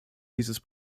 dieses